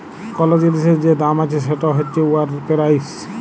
call জিলিসের যে দাম আছে সেট হছে উয়ার পেরাইস